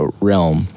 realm